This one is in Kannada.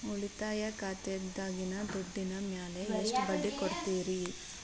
ಉಳಿತಾಯ ಖಾತೆದಾಗಿನ ದುಡ್ಡಿನ ಮ್ಯಾಲೆ ಎಷ್ಟ ಬಡ್ಡಿ ಕೊಡ್ತಿರಿ?